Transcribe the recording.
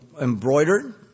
embroidered